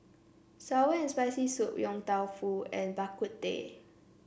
sour and Spicy Soup Yong Tau Foo and Bak Kut Teh